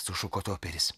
sušuko toperis